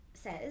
says